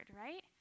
right